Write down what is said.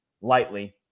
lightly